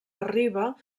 arriba